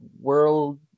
world